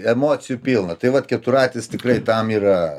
emocijų pilna tai vat keturratis tikrai tam yra